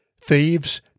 Thieves